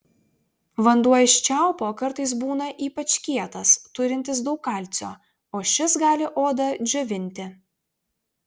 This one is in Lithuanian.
vanduo iš čiaupo kartais būna ypač kietas turintis daug kalcio o šis gali odą džiovinti